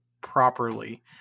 properly